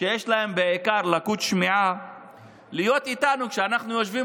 שיש להם בעיקר לקות שמיעה להיות איתנו כשאנחנו יושבים